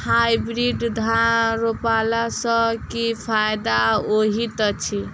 Hybrid धान रोपला सँ की फायदा होइत अछि?